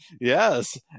Yes